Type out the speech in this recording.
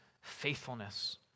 faithfulness